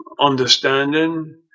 understanding